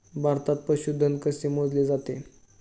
भारतात पशुधन कसे मोजले जाते?